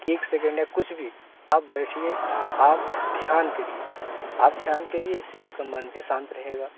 एक सेकेंड या कुछ भी आप बैठिए आप ध्यान करिए आप ध्यान करिए इससे आपका मन भी शांत रहेगा